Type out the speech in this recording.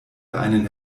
einen